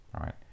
right